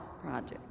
project